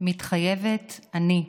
מתחייבת אני.